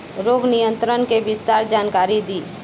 रोग नियंत्रण के विस्तार जानकारी दी?